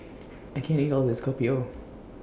I can't eat All of This Kopi O